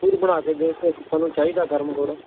ਖੁਦ ਬਣਾ ਕੇ ਦਿਓ ਕੁਛ ਸਾਨੂੰ ਚਾਹੀਦਾ ਗਰਮ ਗੁੜ